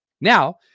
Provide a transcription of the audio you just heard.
now